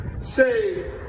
say